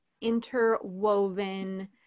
interwoven